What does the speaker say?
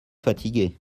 fatigué